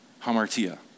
Hamartia